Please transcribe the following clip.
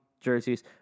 jerseys